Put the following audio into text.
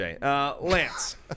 Lance